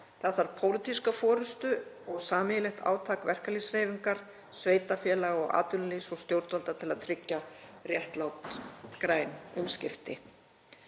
Það þarf pólitíska forystu og sameiginlegt átak verkalýðshreyfingar, sveitarfélaga, atvinnulífs og stjórnvalda til að tryggja réttlát græn umskipti.